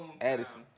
Addison